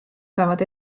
saavad